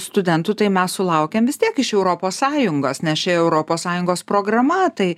studentų tai mes sulaukiam vis tiek iš europos sąjungos nes čia europos sąjungos programa tai